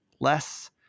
less